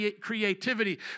creativity